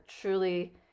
truly